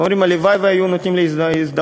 והם אומרים: הלוואי שהיו נותנים לי הזדמנות